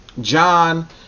John